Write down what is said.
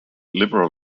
liberal